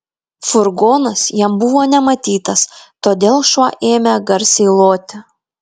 furgonas jam buvo nematytas todėl šuo ėmė garsiai loti